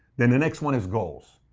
then the next one is goals.